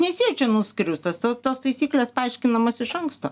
nesėdžiu nuskriaustas o tos taisyklės paaiškinamos iš anksto